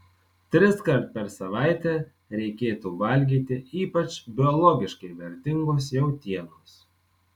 triskart per savaitę reikėtų valgyti ypač biologiškai vertingos jautienos